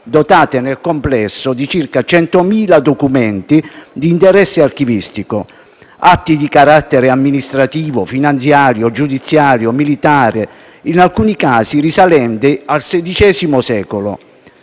dotate nel complesso di circa 100.000 documenti di interesse archivistico, atti di carattere amministrativo, finanziario, giudiziario e militare, in alcuni casi risalenti al XVI secolo.